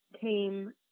came